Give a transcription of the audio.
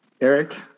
Eric